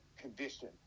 condition